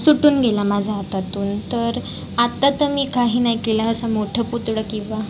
सुटून गेला माझ्या हातातून तर आत्ता तर मी काही नाही केला असं मोठं पुतळं की बा